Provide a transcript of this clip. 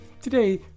Today